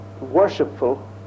worshipful